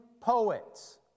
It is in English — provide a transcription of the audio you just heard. poets